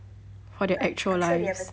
for their actual lives